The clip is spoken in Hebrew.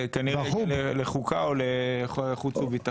זה כנראה יגיע לחוקה או לחוץ וביטחון?